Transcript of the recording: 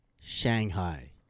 Shanghai